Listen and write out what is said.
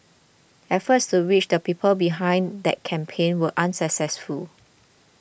efforts to reach the people behind that campaign were unsuccessful